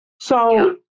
So-